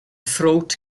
throat